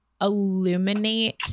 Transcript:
illuminate